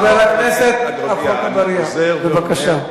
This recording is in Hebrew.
חבר הכנסת עפו אגבאריה, בבקשה.